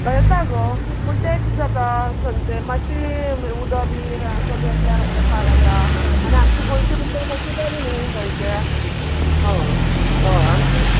अय येता गो पूण तें कित जाता सन माश्शी उद बीर कमी आसल्यार रोखडें पाड आता आनी आमचें गोंयचें मुद्दम अशें बर न्ही गोंयचें अ अ आमचें